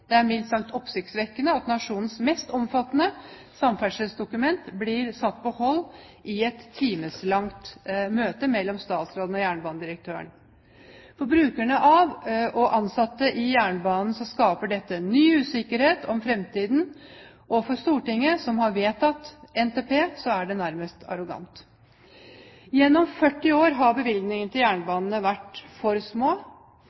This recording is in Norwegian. Det er mildt sagt oppsiktsvekkende at nasjonens mest omfattende samferdselsdokument blir satt på vent i et timelangt møte mellom statsråden og jernbanedirektøren. For brukerne av og ansatte i jernbanen skaper dette ny usikkerhet om framtiden, og overfor Stortinget, som har vedtatt Nasjonal transportplan, er det nærmest arrogant. Gjennom 40 år har bevilgningene til jernbanen vært for små.